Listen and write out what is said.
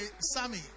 sammy